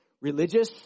religious